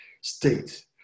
state